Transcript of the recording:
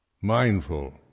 mindful